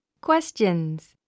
Questions